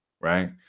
Right